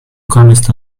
comest